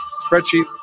spreadsheet